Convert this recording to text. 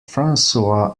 francois